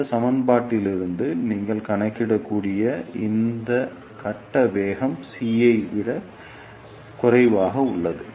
இந்த சமன்பாட்டிலிருந்து நீங்கள் காணக்கூடியபடி இந்த கட்ட வேகம் C ஐ விட குறைவாக உள்ளது